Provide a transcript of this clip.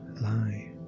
lie